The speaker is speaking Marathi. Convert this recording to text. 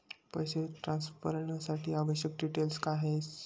पैसे ट्रान्सफरसाठी आवश्यक डिटेल्स काय आहेत?